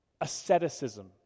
asceticism